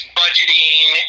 budgeting